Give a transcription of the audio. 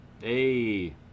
Hey